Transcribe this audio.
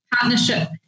partnership